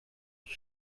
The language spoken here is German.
die